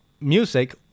music